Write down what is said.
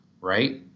right